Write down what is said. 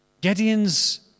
Gideon's